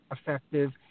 effective